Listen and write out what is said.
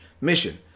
mission